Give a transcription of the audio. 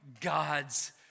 God's